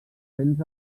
vents